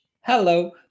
hello